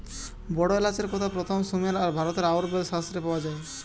বড় এলাচের কথা প্রথম সুমের আর ভারতের আয়ুর্বেদ শাস্ত্রে পাওয়া যায়